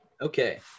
okay